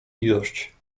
ilość